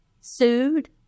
sued